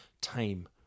time